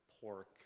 pork